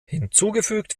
hinzugefügt